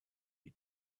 you